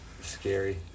Scary